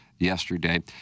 yesterday